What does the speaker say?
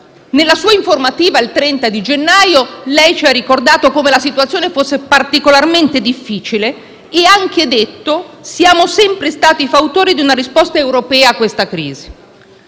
Nella sua informativa del 30 gennaio, ci ha ricordato come la situazione fosse particolarmente difficile e ha anche detto che «siamo sempre stati fautori di una risposta europea a questa crisi».